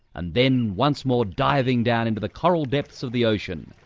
and then, once more diving down into the coral depths of the ocean,